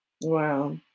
Wow